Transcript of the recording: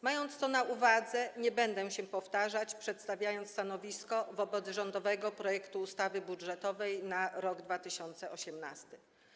Mając to na uwadze, nie będę się powtarzać, przedstawiając stanowisko wobec rządowego projektu ustawy budżetowej na rok 2018.